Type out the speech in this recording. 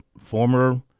former